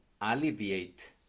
alleviate